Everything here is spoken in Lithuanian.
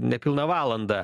nepilną valandą